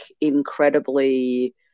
incredibly